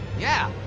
yeah,